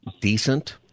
decent